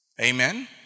Amen